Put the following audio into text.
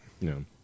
No